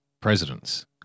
presidents